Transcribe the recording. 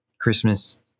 Christmas